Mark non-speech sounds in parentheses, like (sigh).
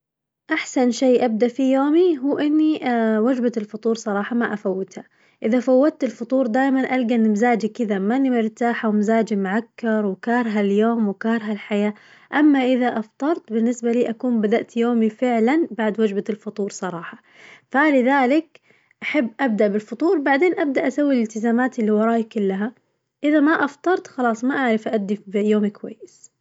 أحسن شي أبدا فيه يومي هو إني (hesitation) وجبة الفطور صراحة ما أفوتها، إذا فوت الفطور دايماً ألقى إنه مزاجي كذا ماني مرتاحة ومزاجي معكر وكارهة اليوم وكارهة الحياة، أما إذا أفطرت بالنسبة ليس أكون بدأت يومي فعلاً بعد وجبة الفطور صراحة، فلذلك أحب أبدأ بالفطور بعدين أبدا أسوي التزاماتي اللي وراي كلها، إذا ما أفطرت خلاص ما أعرف أأدي يومي كويس.